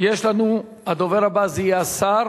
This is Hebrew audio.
הדובר הבא יהיה השר